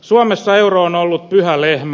suomessa euro on ollut pyhä lehmä